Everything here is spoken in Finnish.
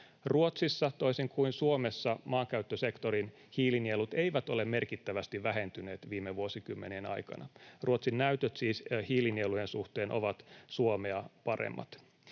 Ruotsissa, toisin kuin Suomessa, maankäyttösektorin hiilinielut eivät ole merkittävästi vähentyneet viime vuosikymmenien aikana. Ruotsin näytöt hiilinielujen suhteen ovat siis Suomea paremmat.